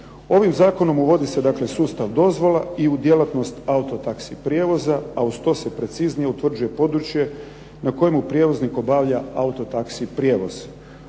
Ovim zakonom uvodi se, dakle sustav dozvola i u djelatnost auto taxi prijevoza, a uz to se preciznije utvrđuje područje na kojemu prijevoznik obavlja auto taxi prijevoz.